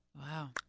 Wow